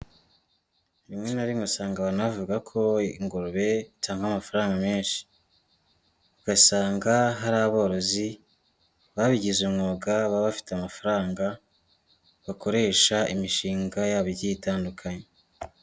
Rimwe na rimwe usanga abantu bavuga ko ingurube itanga amafaranga menshi. Ugasanga hari aborozi babigize umwuga, baba bafite amafaranga, bakoresha imishinga yabo igiye itandukanye.